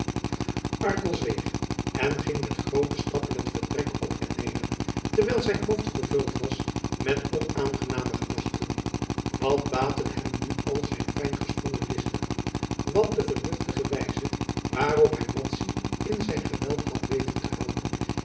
arkel zweeg en ging met groote stappen het vertrek op en neder terwijl zijn hoofd vervuld was met onaangename gedachten wat baatten hem nu al zijn fijn gesponnen listen wat de vernuftige wijze waarop hij madzy in zijn geweld had weten te houden